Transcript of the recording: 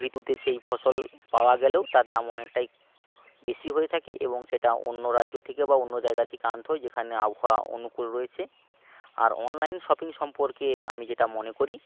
ঋতুতে সেই ফসল পাওয়া গেলেও তার দাম অনেকটাই বেশি হয়ে থাকে এবং সেটা অন্য রাজ্য থেকে বা অন্য জায়গা থেকে আনতে হয় যেখানে আবহাওয়া অনুকূল রয়েছে আর অনলাইন শপিং সম্পর্কে আমি যেটা মনে করি